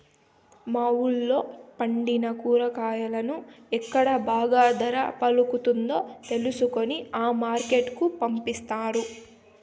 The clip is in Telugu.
మా వూళ్ళో పండిన కూరగాయలను ఎక్కడ బాగా ధర పలుకుతాదో తెలుసుకొని ఆ మార్కెట్ కు పంపిస్తారు